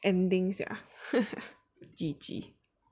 ending sia G_G